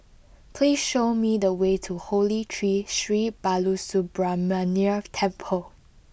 please show me the way to Holy Tree Sri Balasubramaniar Temple